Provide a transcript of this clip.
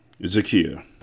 Zakia